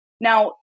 Now